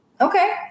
Okay